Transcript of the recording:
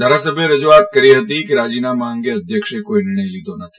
ધારાસભ્યોએ રજુઆત કરી હતી કે રાજીનામા અંગે અધ્યક્ષે કોઇ નિર્ણય લીધો નથી